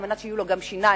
על מנת שיהיו לו גם שיניים,